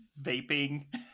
vaping